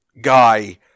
guy